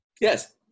Yes